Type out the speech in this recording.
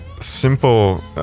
simple